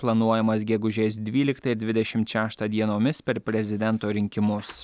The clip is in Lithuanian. planuojamas gegužės dvyliktą ir dvidešimt šeštą dienomis per prezidento rinkimus